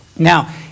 Now